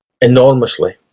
enormously